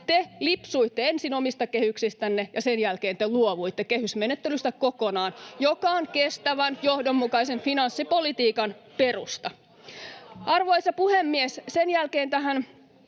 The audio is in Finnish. te lipsuitte ensin omista kehyksistänne, ja sen jälkeen te luovuitte kokonaan kehysmenettelystä, joka on kestävän, johdonmukaisen finanssipolitiikan perusta. Arvoisa puhemies! Sen jälkeen tähän